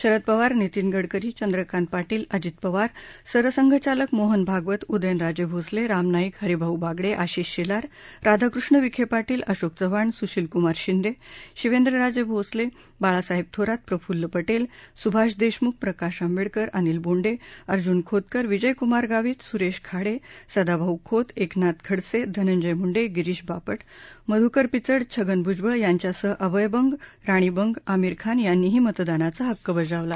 शरद पवार नितीन गडकरी चंद्रकांत पाटील अजीत पवार सरसंघचालक मोहन भागवत उदयनराजे भोसले राम नाईक हरिभाऊ बागडे आशिष शेलार राधाकृष्ण विखे पाटील अशोक चव्हाण सुशीलकुमार शिंदे शिवेंद्र राजे भोसले बाळासाहेब थोरात प्रफुल्ल पटेल सुभाष देशमुख प्रकाश आंबेडकर अनिल बोंडे अर्जुन खोतकर विजय कुमार गावित सुरेश खाडे सदाभाऊ खोत एकनाथ खडसे धनंजय मुंडे गिरीश बापट मधुकर पिचड छगन भुजबळ यांच्यासह अभय बंग राणी बंग आमीर खान यांनी मतदानाचा हक्क बजावला